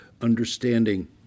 understanding